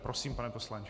Prosím, pane poslanče.